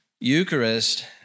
Eucharist